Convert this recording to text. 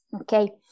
okay